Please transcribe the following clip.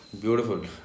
Beautiful